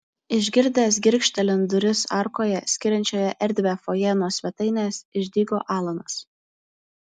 išgirdęs girgžtelint duris arkoje skiriančioje erdvią fojė nuo svetainės išdygo alanas